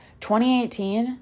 2018